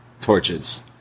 torches